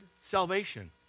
salvation